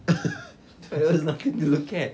but there's nothing to look at